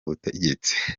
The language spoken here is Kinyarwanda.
butegetsi